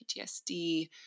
PTSD